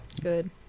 good